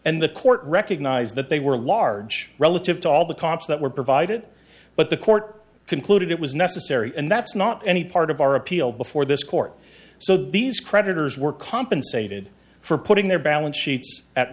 and the court recognized that they were large relative to all the cops that were provided but the court concluded it was necessary and that's not any part of our appeal before this court so these creditors were compensated for putting their balance sheets at